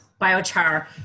biochar